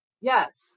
Yes